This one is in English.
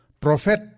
Prophet